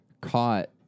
caught